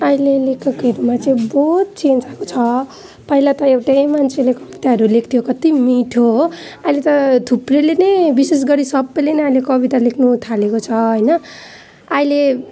अहिले लेखकहरूमा चाहिँ बहुत चेन्ज आएको छ पहिला त एउटै मान्छेले कविताहरू लेख्थ्यो कति मिठो हो अहिले त थुप्रैले नै विशेषगरी सबैले नै अहिले कविता लेख्नु थालेको छ हैन अहिले